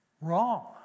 Wrong